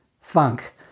funk